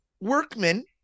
Workmen